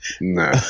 No